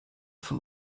von